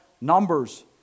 numbers